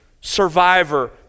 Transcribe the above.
survivor